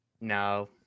No